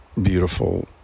Beautiful